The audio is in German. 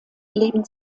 leben